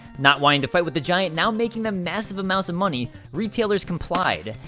not wanting to fight with the giant now making them massive amounts of money, retailers complied.